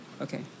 Okay